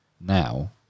now